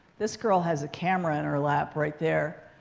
this girl has a camera in her lap right there.